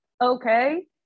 okay